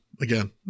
again